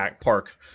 park